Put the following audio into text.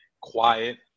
quiet